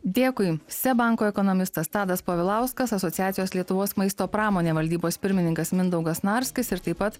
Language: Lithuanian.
dėkui seb banko ekonomistas tadas povilauskas asociacijos lietuvos maisto pramonė valdybos pirmininkas mindaugas snarskis ir taip pat